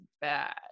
bad